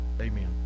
Amen